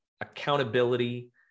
accountability